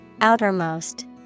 Outermost